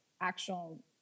actual